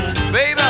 Baby